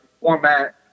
format